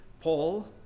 Paul